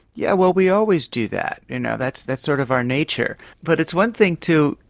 yeah well, we always do that, you know that's that's sort of our nature, but it's one thing to,